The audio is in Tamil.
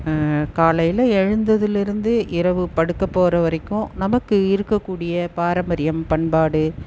காலையில் எழுந்ததிலிருந்து இரவு படுக்க போகிற வரைக்கும் நமக்கு இருக்கக்கூடிய பாரம்பரியம் பண்பாடு